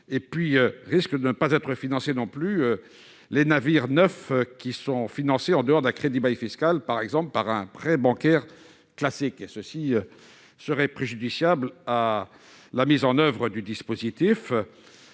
Il pourrait en être de même pour les navires neufs qui sont financés en dehors d'un crédit-bail fiscal, par exemple par un prêt bancaire classique. Cela serait préjudiciable à la mise en oeuvre du dispositif